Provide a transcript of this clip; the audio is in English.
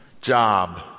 job